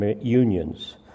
unions